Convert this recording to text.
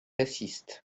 assiste